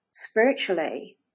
spiritually